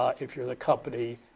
ah if you're the company,